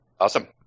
awesome